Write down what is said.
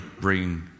bring